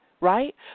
right